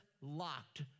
locked